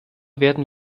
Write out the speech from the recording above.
werden